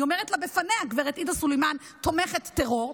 אני אומרת לה בפניה: גב' עאידה סלימאן תומכת טרור.